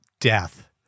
death